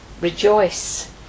Rejoice